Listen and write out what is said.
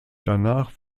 danach